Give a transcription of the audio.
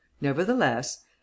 nevertheless